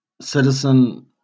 citizen